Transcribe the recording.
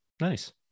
nice